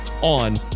on